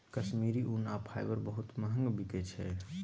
कश्मीरी ऊन आ फाईबर बहुत महग बिकाई छै